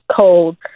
cold